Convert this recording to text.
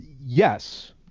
yes